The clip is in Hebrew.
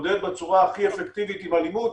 להתמודד בצורה הכי אפקטיבית עם אלימות,